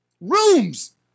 rooms